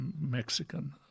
Mexican